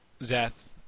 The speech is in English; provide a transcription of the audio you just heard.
Zeth